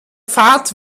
fahrt